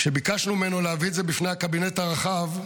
כשביקשנו ממנו להביא את זה בפני הקבינט הרחב,